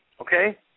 okay